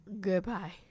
Goodbye